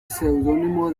seudónimo